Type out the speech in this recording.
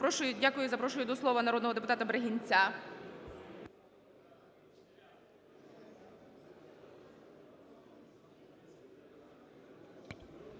Дякую. Я запрошую до слова народного депутата Люшняка.